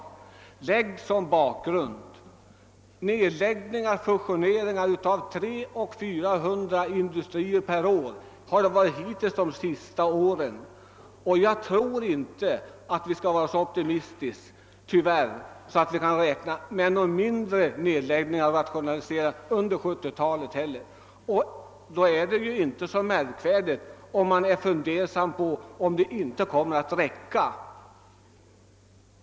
Vi skall ha den bakgrunden klar för oss att vi under de senaste åren har haft 300 å 400 industrinedläggningar och fusioner varje år, och jag tror inte vi skall vara så optimistiska att vi räknar med ett mindre antal nedläggningar under 1970-talet. Då är det ju inte så underligt om man blir fundersam och frågar sig om det räcker med vad som föreslagits eller åtgjorts.